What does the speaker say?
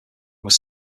was